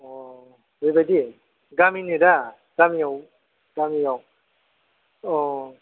अ बेबायदि गामिनिदा गामियाव गामियाव औ